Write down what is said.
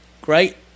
Great